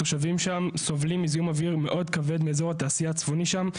התושבים שם סובלים מזיהום אוויר מאוד כבד מאזור התעשייה הצפוני שם.